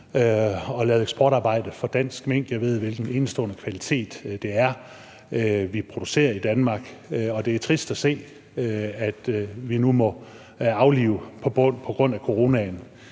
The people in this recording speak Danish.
og lavet eksportarbejde til fordel for dansk mink. Jeg ved, i hvilken enestående kvalitet vi producerer dem i i Danmark, og det er trist at se, at vi nu på grund af corona